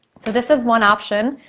so this is one option.